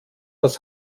das